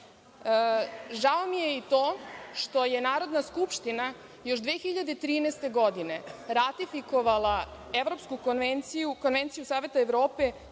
mi je i to što je Narodna skupština još 2013. godine ratifikovala Evropsku konvenciju, Konvenciju Saveta Evrope